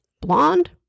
blonde